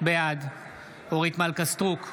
בעד אורית מלכה סטרוק,